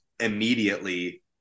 immediately